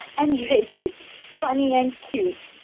and reggie is funny and cute.